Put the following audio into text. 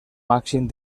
màxim